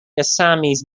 assamese